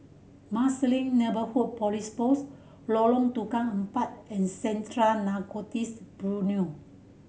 Marsiling Neighbourhood Police Post Lorong Tukang Empat and Central Narcotics Bureau